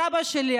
הסבא שלי,